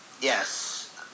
Yes